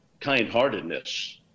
kind-heartedness